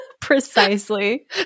Precisely